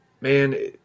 man